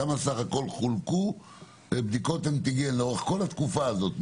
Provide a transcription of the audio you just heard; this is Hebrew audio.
כמה בדיקות אנטיגן בסך הכל חולקו לאורך כל התקופה הזאת?